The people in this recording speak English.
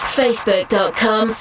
facebook.com